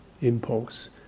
impulse